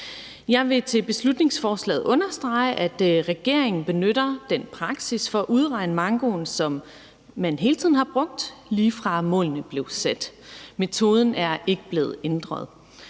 forhold til beslutningsforslaget understrege, at regeringen benytter den praksis for at udregne mankoen, som man hele tiden har brugt, lige fra målene blev sat. Metoden er ikke blevet ændret.